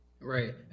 Right